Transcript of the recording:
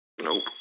Nope